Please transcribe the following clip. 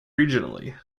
regionally